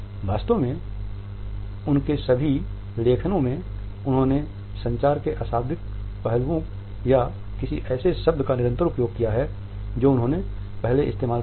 वास्तव में उनके सभी लेखनो में उन्होंने संचार के अशाब्दिक पहलुओं या किसी ऐसे शब्द का निरंतर उपयोग किया है जो उन्होंने पहले इस्तेमाल किया था